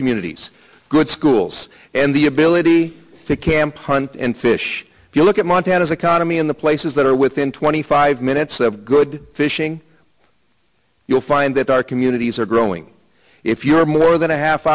communities good schools and the ability to camp hunt and fish if you look at montana's economy in the places that are within twenty five minutes of good fishing you'll find that our communities are growing if you're more than a half